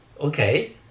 okay